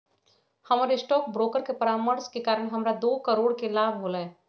हमर stock broker के परामर्श के कारण हमरा दो करोड़ के लाभ होलय